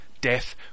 Death